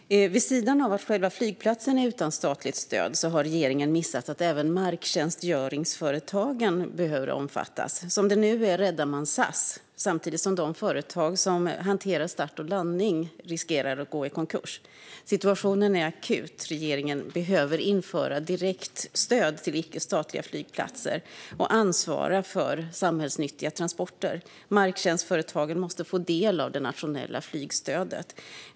Herr talman! Vid sidan av att själva flygplatsen är utan statligt stöd har regeringen missat att även marktjänstföretagen behöver omfattas. Som det nu är räddar man SAS, samtidigt som de företag som hanterar starter och landningar riskerar att gå i konkurs. Situationen är akut. Regeringen behöver införa direktstöd till icke-statliga flygplatser och ansvara för samhällsnyttiga transporter. Marktjänstföretagen måste få del av det nationella flygstödet.